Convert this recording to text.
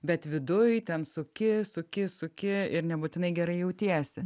bet viduj ten suki suki suki ir nebūtinai gerai jautiesi